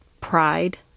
pride